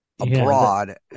abroad